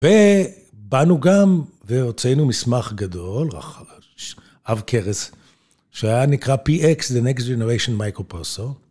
ובאנו גם והוציאנו מסמך גדול, עב כרס, שהיה נקרא PX, The Next Generation Micro Purse.